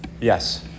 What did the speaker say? Yes